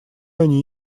они